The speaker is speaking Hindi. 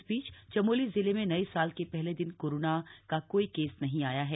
इस बीच चमोली जिले में नये साल के पहले दिन कोरोना को कोई केस नहीं आया है